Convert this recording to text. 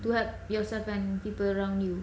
you have yourself and people around you